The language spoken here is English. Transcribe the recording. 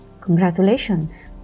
Congratulations